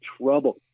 trouble